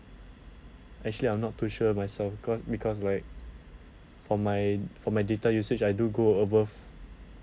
actually I'm not too sure myself because because like for my for my data usage I do go above